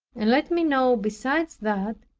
and let me know besides that,